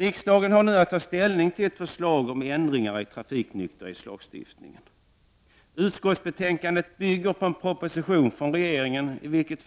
Riksdagen har nu att ta ställning till ett förslag om ändringar i trafiknykterhetslagstiftningen. Utskottsbetänkandet bygger på en proposition från regeringen i vilken